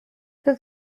who